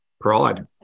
pride